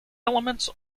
elements